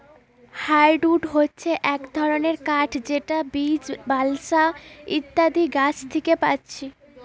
hardwood হচ্ছে এক ধরণের কাঠ যেটা বীচ, বালসা ইত্যাদি গাছ থিকে পাচ্ছি